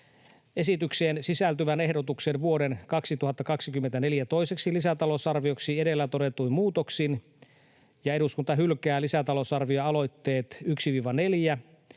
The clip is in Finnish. esitykseen sisältyvän ehdotuksen vuoden 2024 toiseksi lisätalousarvioksi edellä todetuin muutoksin ja eduskunta hylkää lisätalousarvioaloitteet 1—4